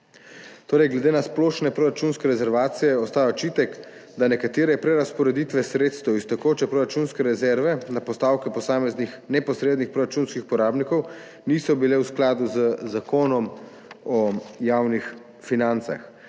Torej, glede na splošne proračunske rezervacije ostaja očitek, da nekatere prerazporeditve sredstev iz tekoče proračunske rezerve na postavke posameznih neposrednih proračunskih porabnikov niso bile v skladu z Zakonom o javnih financah.